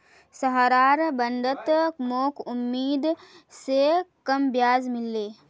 सहारार बॉन्डत मोक उम्मीद स कम ब्याज मिल ले